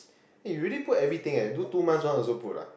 eh you really put everything eh do two months also put ah